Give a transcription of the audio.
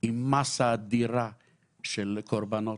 עם מסה אדירה של קורבנות,